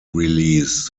release